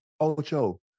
Ocho